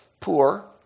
poor